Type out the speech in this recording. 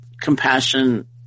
compassion